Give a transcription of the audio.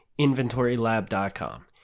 InventoryLab.com